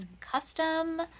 custom